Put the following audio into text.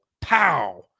Pow